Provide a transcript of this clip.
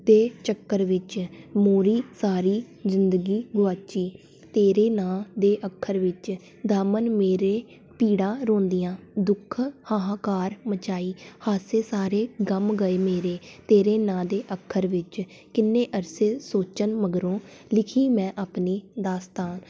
ਅਤੇ ਚੱਕਰ ਵਿੱਚ ਮੋਰੀ ਸਾਰੀ ਜ਼ਿੰਦਗੀ ਗੁਆਚੀ ਤੇਰੇ ਨਾਂ ਦੇ ਅੱਖਰ ਵਿੱਚ ਦਾਮਨ ਮੇਰੇ ਪੀੜਾਂ ਰੋਂਦੀਆਂ ਦੁੱਖ ਹਾਹਾਕਾਰ ਮਚਾਈ ਹਾਸੇ ਸਾਰੇ ਗਮ ਗਏ ਮੇਰੇ ਤੇਰੇ ਨਾਂ ਦੇ ਅੱਖਰ ਵਿੱਚ ਕਿੰਨੇ ਅਰਸੇ ਸੋਚਣ ਮਗਰੋਂ ਲਿਖੀ ਮੈਂ ਆਪਣੀ ਦਾਸਤਾਨ